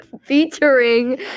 featuring